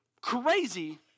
crazy